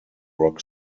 rock